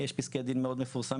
יש פסקי דין מאוד מפורסמים,